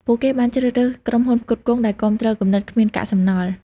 ពួកគេបានជ្រើសរើសក្រុមហ៊ុនផ្គត់ផ្គង់ដែលគាំទ្រគំនិតគ្មានកាកសំណល់។